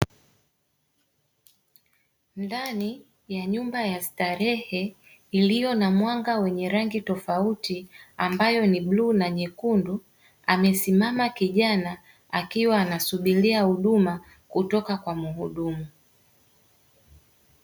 Ndani ya nyumba ya starehe iliyo na mwanga wenye rangi tofauti ambayo ni buluu na nyekundu, amesimama kijana akiwa anasubiria huduma kutoka kwa mhudumu.